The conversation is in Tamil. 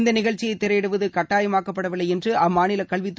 இந்த நிகழ்ச்சியை திரையிடுவது கட்டாயமாக்கப்படவில்லை என்று அம்மாநில கல்வித்துறை கூறியுள்ளது